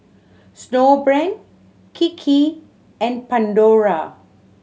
Snowbrand Kiki and Pandora